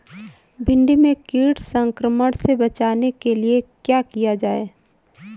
भिंडी में कीट संक्रमण से बचाने के लिए क्या किया जाए?